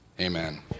Amen